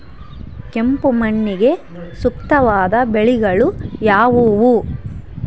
ಕೆಂಪು ಮಣ್ಣಿಗೆ ಸೂಕ್ತವಾದ ಬೆಳೆಗಳು ಯಾವುವು?